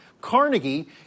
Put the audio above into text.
Carnegie